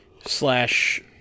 slash